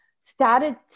started